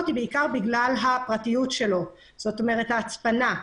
היא בעיקר בגלל הפרטיות שלו ויכולת ההצפנה שלו.